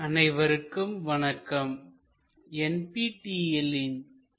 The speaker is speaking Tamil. ஆர்தோகிராபிக் ப்ரொஜெக்ஷன் II பகுதி 3 அனைவருக்கும் வணக்கம்